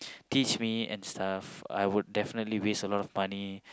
teach me and stuff I would definitely waste a lot of money